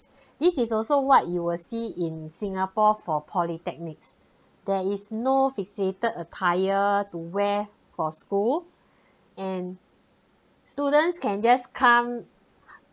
this is also what you will see in singapore for polytechnics there is no fixated attire to wear for school and students can just come